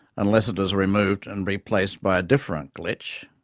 unless it is removed and replaced by a different glitch.